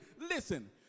Listen